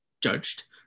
judged